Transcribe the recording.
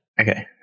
Okay